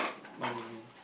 what do you mean